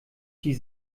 die